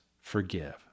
forgive